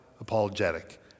apologetic